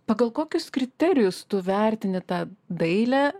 pagal kokius kriterijus tu vertini tą dailę